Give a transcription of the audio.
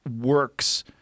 works